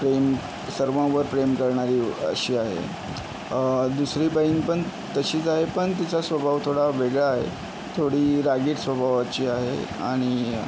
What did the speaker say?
प्रेम सर्वांवर प्रेम करणारी अशी आहे दुसरी बहीण पण तशीच आहे पण तिचा स्वभाव थोडा वेगळा आहे थोडी रागीट स्वभावाची आहे आणि